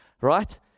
Right